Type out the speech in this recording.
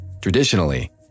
Traditionally